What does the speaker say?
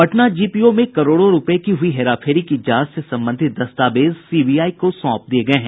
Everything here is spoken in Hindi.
पटना जीपीओ में करोड़ों रूपये की हुई हेराफेरी की जांच से संबंधित दस्तावेज सीबीआई को सौंप दिये गये हैं